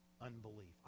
unbelief